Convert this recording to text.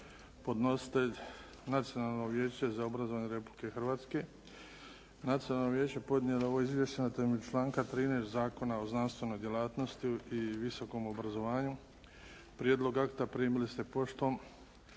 Podnositelj: Nacionalno vijeće za visoko obrazovanje Republike Hrvatske Nacionalno vijeće podnijelo je ovo izvješće na temelju članka 13. Zakona o znanstvenoj djelatnosti i visokom obrazovanju. Prijedlog akta primili ste poštom.